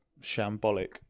shambolic